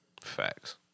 Facts